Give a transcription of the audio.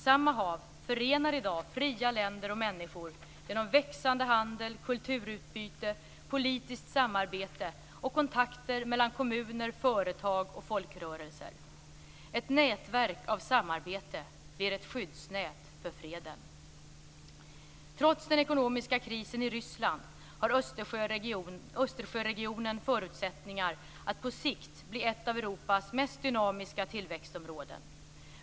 Samma hav förenar i dag fria länder och människor genom växande handel, kulturutbyte, politiskt samarbete och kontakter mellan kommuner, företag och folkrörelser. Ett nätverk av samarbete blir ett skyddsnät för freden. Trots den ekonomiska krisen i Ryssland har Östersjöregionen förutsättningar att på sikt bli ett av Europas mest dynamiska tillväxtområden.